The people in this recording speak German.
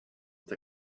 der